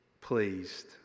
pleased